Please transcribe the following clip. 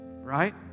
right